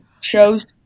shows